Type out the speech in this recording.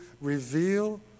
reveal